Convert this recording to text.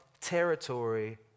territory